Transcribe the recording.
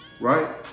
right